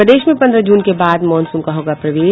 और प्रदेश में पन्द्रह जून के बाद मॉनसून का होगा प्रवेश